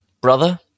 brother